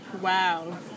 Wow